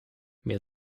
mir